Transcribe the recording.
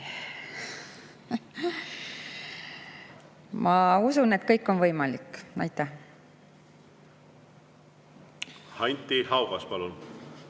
Ma usun, et kõik on võimalik. Anti Haugas, palun!